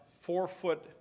four-foot